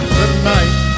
tonight